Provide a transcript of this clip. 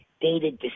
dated